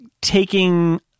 taking